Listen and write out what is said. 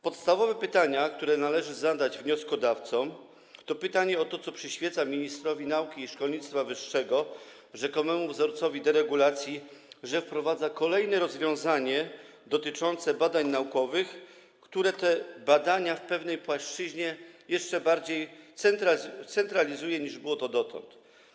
Podstawowe pytania, które należy zadać wnioskodawcom, dotyczą tego to, co przyświeca ministrowi nauki i szkolnictwa wyższego, rzekomemu wzorcowi deregulacji, że wprowadza kolejne rozwiązania dotyczące badań naukowych, które je w pewnej płaszczyźnie jeszcze bardziej centralizują niż dotąd.